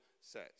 says